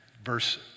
Verse